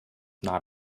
not